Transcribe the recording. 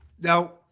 Now